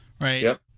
right